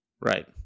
Right